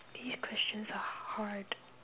these questions are hard